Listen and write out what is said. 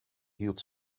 hield